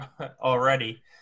already